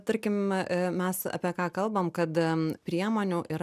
tarkim a mes apie ką kalbam kad a priemonių yra